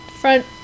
front